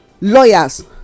lawyers